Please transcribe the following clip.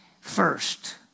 first